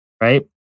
right